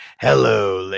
hello